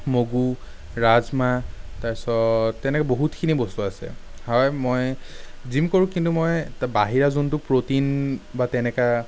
মগু ৰাজমাহ তাৰপাছত তেনেকে বহুতখিনি বস্তু আছে হয় মই জিম কৰোঁ কিন্তু মই বাহিৰা যোনটো প্ৰটিন বা তেনেকা